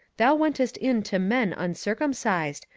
thou wentest in to men uncircumcised,